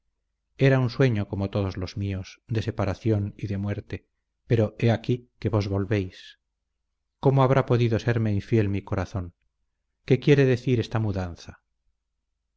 era un sueño como todos los míos de separación y de muerte pero he aquí que vos volvéis cómo habrá podido serme infiel mi corazón qué quiere decir esta mudanza